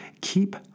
keep